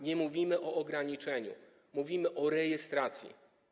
Nie mówimy o ograniczeniu, mówimy o rejestracji.